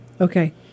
Okay